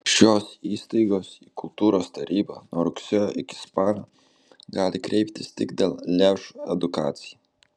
šios įstaigos į kultūros tarybą nuo rugsėjo iki spalio gali kreiptis tik dėl lėšų edukacijai